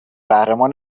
قهرمان